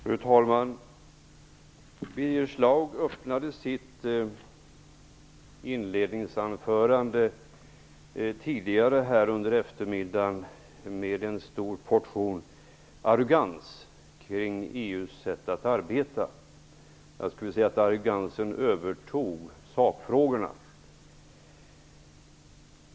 Fru talman! Birger Schlaug öppnade sitt inledningsanförande tidigare under eftermiddagen med en stor portion arrogans kring EU:s sätt att arbeta. Jag skulle vilja säga att arrogansen tog över sakfrågorna.